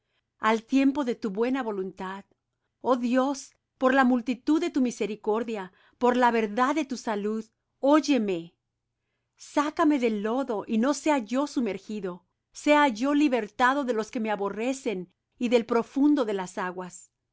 al tiempo de tu buena voluntad oh dios por la multitud de tu misericordia por la verdad de tu salud óyeme sácame del lodo y no sea yo sumergido sea yo libertado de los que me aborrecen y del profundo de las aguas no